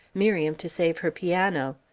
miriam to save her piano.